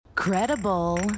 credible